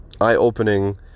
eye-opening